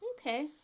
Okay